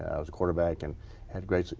i was quarterback. and had great.